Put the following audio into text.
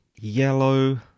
yellow